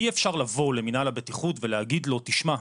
אי אפשר לבוא למנהל הבטיחות ולהגיד לו, תשמע,